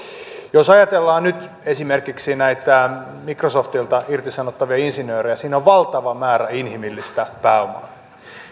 jos ajatellaan nyt esimerkiksi näitä microsoftilta irtisanottavia insinöörejä siinä on valtava määrä inhimillistä pääomaa